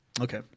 Okay